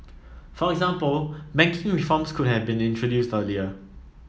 for example reforms could have been introduced earlier